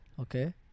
Okay